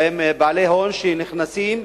עם בעלי הון שנכנסים,